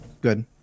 good